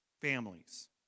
Families